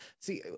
see